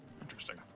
Interesting